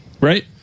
right